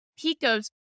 PICO's